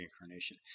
reincarnation